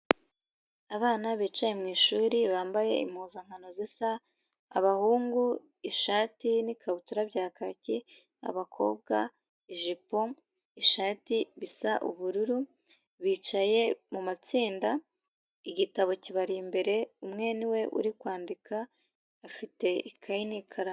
Abana bicaye mu ishuri bambaye impuzankano zisa abahungu, ishati n'ikabutura bya kaki, abakobwa ijipo ishati bisa ubururu, bicaye mu matsinda igitabo kibari imbere umwe niwe uri kwandika afite ikaye n'ikaramu.